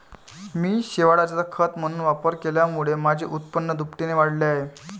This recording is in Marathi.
मी शेवाळाचा खत म्हणून वापर केल्यामुळे माझे उत्पन्न दुपटीने वाढले आहे